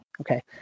Okay